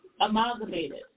amalgamated